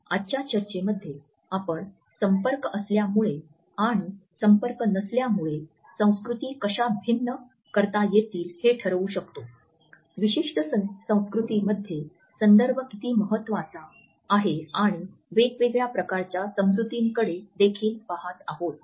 आजच्या चर्चेमध्ये आपण संपर्क असल्यामुळे आणि संपर्क नसल्यामुळे संस्कृती कशा भिन्न करता येतील हे ठरवू शकतो विशिष्ट संस्कृतींमध्ये संदर्भ किती महत्त्वाचा आहे आणि वेगवेगळ्या प्रकारच्या समजुतींकडे देखील पाहत आहोत